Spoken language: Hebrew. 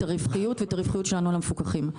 הרווחיות ואת הרווחיות שלנו על המפוקחים.